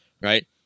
right